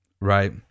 Right